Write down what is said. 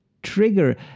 trigger